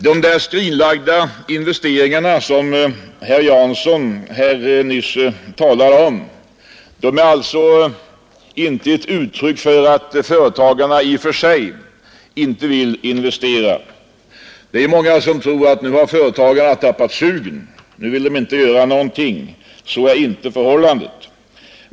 De skrinlagda investeringar som herr Jansson nyss talade om är alltså inte ett uttryck för att företagarna i och för sig inte vill investera. Det ärmånga som tror att nu har företagarna tappat sugen; nu vill de inte göra något. Så är inte förhållandet.